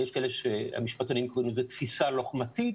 המשפטנים קוראים לזה תפיסה לוחמתית,